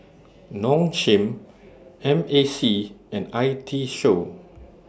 Nong Shim M A C and I T Show